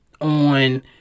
on